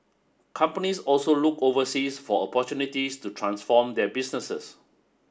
companies also looked overseas for opportunities to transform their businesses